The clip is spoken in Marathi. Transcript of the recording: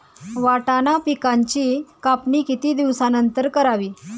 वाटाणा पिकांची कापणी किती दिवसानंतर करावी?